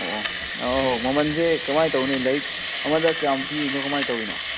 ꯑꯣ ꯑꯣ ꯑꯧ ꯃꯃꯟꯁꯦ ꯀꯃꯥꯏꯅ ꯇꯧꯒꯅꯤ ꯂꯥꯏꯔꯤꯛ ꯑꯃꯗ ꯀꯌꯥꯝ ꯄꯤꯔꯤꯅꯣ ꯀꯃꯥꯏꯅ ꯇꯧꯔꯤꯅꯣ